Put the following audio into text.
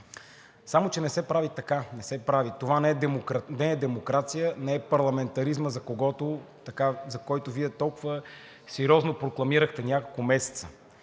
така. Не се прави! Това не е демокрация, не е парламентаризмът, за който Вие толкова сериозно прокламирахте няколко месеца.